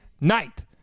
night